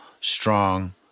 strong